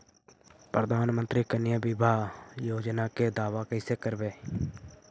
प्रधानमंत्री कन्या बिबाह योजना के दाबा कैसे करबै?